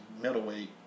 middleweight